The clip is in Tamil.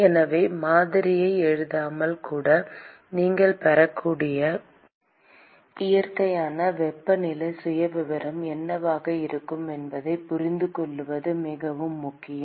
எனவே மாதிரியை எழுதாமல் கூட நீங்கள் பெறக்கூடிய இயற்கையான வெப்பநிலை சுயவிவரம் என்னவாக இருக்கும் என்பதைப் புரிந்துகொள்வது மிகவும் முக்கியம்